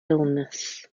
illness